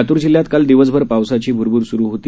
लातूर जिल्ह्यात काल दिवसभर पावसाची भुरभर सुरू होती